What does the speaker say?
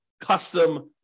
custom